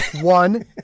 one